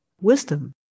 wisdom